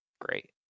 Great